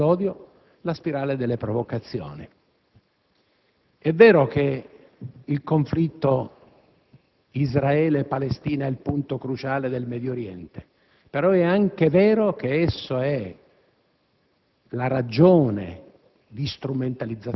accanto e alla base della spirale dell'odio, quella delle provocazioni. È vero che il conflitto tra Israele e Palestina è il punto cruciale del Medio Oriente, però è anche vero che esso è